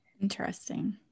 interesting